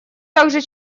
также